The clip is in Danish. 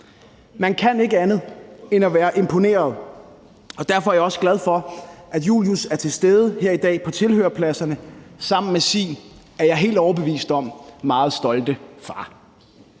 Man kan ikke andet end at være imponeret, og derfor er jeg også glad for, at Julius er til stede her i dag på tilhørerpladserne sammen med sin, er jeg helt overbevist om, meget stolte far.